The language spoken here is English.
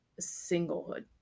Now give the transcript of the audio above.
singlehood